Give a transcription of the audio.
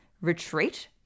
retreat